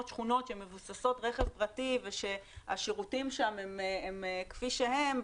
שכונות שמבוססות רכב פרטי והשירותים שם הם כפי שהם,